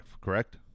correct